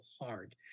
hard